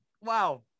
wow